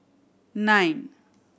nine